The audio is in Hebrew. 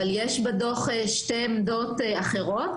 אבל יש בדוח שתי עמדות אחרות.